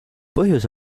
põhjus